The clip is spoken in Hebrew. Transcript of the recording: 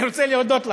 ואני רוצה להודות לך.